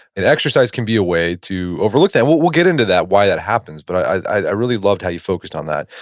and exercise can be a way to overlook that. we'll we'll get into that, why that happens, but i really loved how you focused on that.